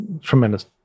tremendous